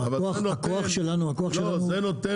זה נותן